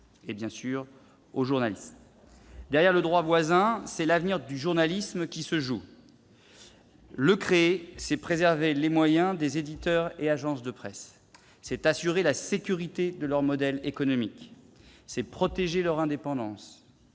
et, bien sûr, des journalistes. Derrière le droit voisin, c'est l'avenir du journalisme qui se joue. Créer un tel droit, c'est préserver les moyens des éditeurs et des agences de presse ; c'est assurer la sécurité de leur modèle économique ; c'est protéger leur indépendance